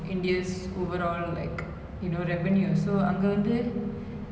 ஒருதவர் வந்து:oruthavar vanthu like if he has a lot of money right they must invest in something